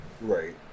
right